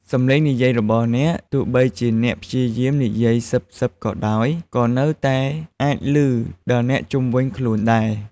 សំឡេងនិយាយរបស់អ្នក ទោះបីជាអ្នកព្យាយាមនិយាយខ្សឹបៗក៏ដោយ ក៏នៅតែអាចឮដល់អ្នកជុំវិញខ្លួនដែរ។